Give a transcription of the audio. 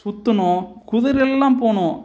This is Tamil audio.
சுற்றுனோம் குதிரையில்லாம் போனோம்